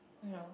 no